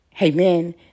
Amen